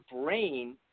brain